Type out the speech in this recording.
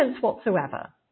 whatsoever